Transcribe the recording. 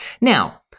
Now